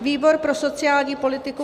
Výbor pro sociální politiku